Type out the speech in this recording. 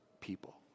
people